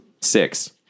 Six